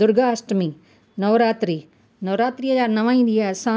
दुर्गा अष्टमी नवरात्री नवरात्री जा नव ई ॾींहं ई असां